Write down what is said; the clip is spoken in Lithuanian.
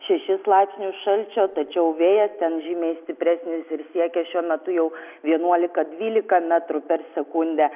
šešis laipsnius šalčio tačiau vėjas ten žymiai stipresnis ir siekia šiuo metu jau vienuolika dvylika metrų per sekundę